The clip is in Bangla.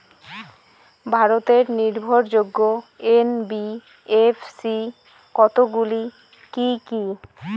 ভারতের নির্ভরযোগ্য এন.বি.এফ.সি কতগুলি কি কি?